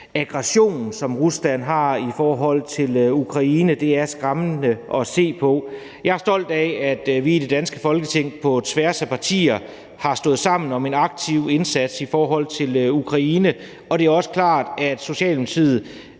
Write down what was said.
aggression, som Rusland har over for Ukraine, er skræmmende at se på. Jeg er stolt af, at vi i det danske Folketing på tværs af partier har stået sammen om en aktiv indsats i forhold til Ukraine. Og det er også klart, at vi i Socialdemokratiet